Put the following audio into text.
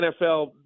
NFL